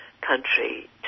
country